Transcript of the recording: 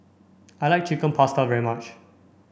I like Chicken Pasta very much